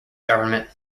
government